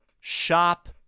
shop